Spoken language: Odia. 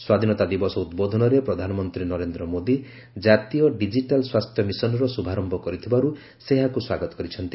ସ୍ୱାଧୀନତା ଦିବସ ଉଦ୍ବୋଧନରେ ପ୍ରଧାନମନ୍ତ୍ରୀ ନରେନ୍ଦ୍ର ମୋଦୀ ଜାତୀୟ ଡିକ୍କିଟାଲ୍ ସ୍ନାସ୍ଥ୍ୟମିଶନର ଶ୍ରଭାରମ୍ଭ କରିଥିବାରୁ ସେ ଏହାକୁ ସ୍ନାଗତ କରିଛନ୍ତି